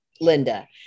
Linda